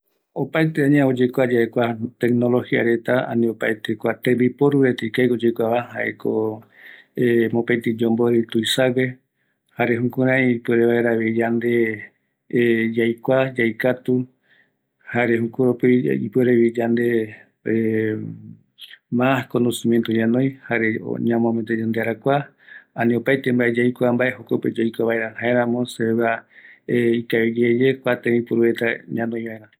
Kua tembiporu añavë rupi yande mborɨva, jaeko ikaviyae, jokoropi yayokua ambuevareta ndive, jukurïivi yayapo vaera mbaravɨkɨ ikavigueva, yaikatua yaiporu yave, yandereraja vi tape ikavimbaerupi